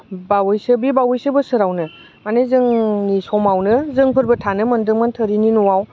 बावैसो बे बावैसो बोसोरावनो माने जोंनि समावनो जोंफोरबो थानो मोनदोंमोन थोरिनि न'आव